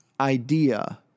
idea